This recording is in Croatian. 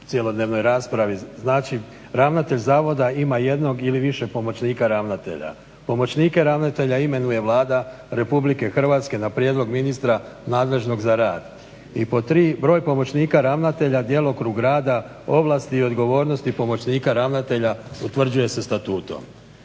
cjelodnevnoj raspravi. Znači, ravnatelj zavoda ima jednog ili više pomoćnika ravnatelja. Pomoćnike ravnatelja imenuje Vlada Republike Hrvatske na prijedlog ministra nadležnog za rad. Broj pomoćnika ravnatelja, djelokrug rada, ovlasti i odgovornosti pomoćnika ravnatelja utvrđuje se statutom.